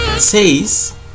Says